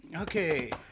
Okay